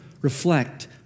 reflect